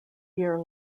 year